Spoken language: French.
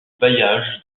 bailliage